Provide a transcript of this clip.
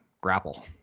grapple